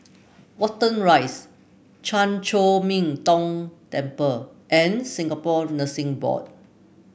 Watten Rise Chan Chor Min Tong Temple and Singapore Nursing Board